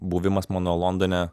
buvimas mano londone